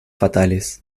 fatales